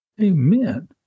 Amen